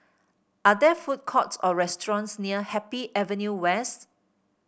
are there food courts or restaurants near Happy Avenue West